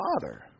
Father